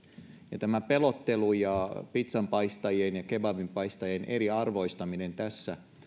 ja tämä pelottelu ja pizzanpaistajien ja kebabinpaistajien eriarvoistaminen tässä